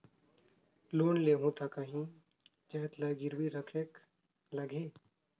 Loan लेहूं ता काहीं जाएत ला गिरवी रखेक लगही?